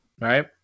Right